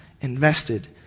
invested